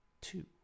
two